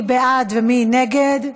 מי בעד ומי נגד?